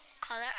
color